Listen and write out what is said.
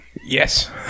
Yes